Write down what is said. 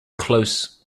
close